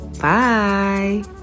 Bye